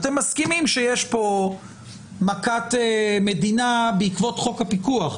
אתם מסכימים שיש פה מכת מדינה בעקבות חוק הפיקוח.